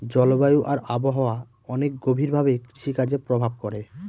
জলবায়ু আর আবহাওয়া অনেক গভীর ভাবে কৃষিকাজে প্রভাব করে